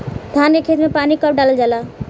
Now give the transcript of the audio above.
धान के खेत मे पानी कब डालल जा ला?